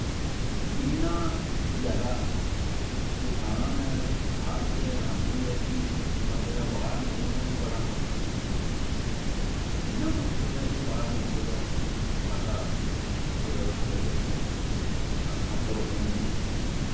इन्ना जादा तुफान बारश आंदी ऐ कि बंदे दा बाह्र निकला बी बड़ा मुश्कल ऐ इन्ना मुश्कल ऐ कि बाह्र जंदे गै बंदा कुदे दा कुदै जाई पौंदा ऐ अक्खां भरोई जंदियां नै